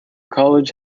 college